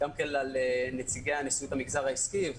גם על ידי נציגי נשיאות המגזר העסקי,